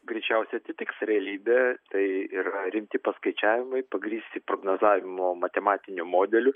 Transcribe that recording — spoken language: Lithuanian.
greičiausiai atitiks realybę tai yra rimti paskaičiavimai pagrįsi prognozavimo matematiniu modeliu